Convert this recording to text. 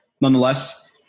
nonetheless